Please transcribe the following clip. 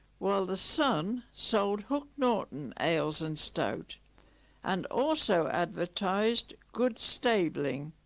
while the sun sold hook norton ales and stout and also advertised good stabling